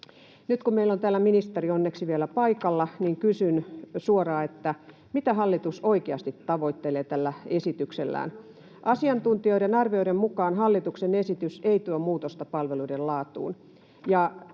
Nyt kun meillä on täällä ministeri onneksi vielä paikalla, niin kysyn suoraan: mitä hallitus oikeasti tavoittelee tällä esityksellään? Asiantuntijoiden arvioiden mukaan hallituksen esitys ei tuo muutosta palveluiden laatuun,